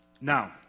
Now